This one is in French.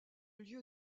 lieu